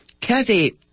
Kathy